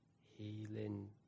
healing